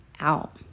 out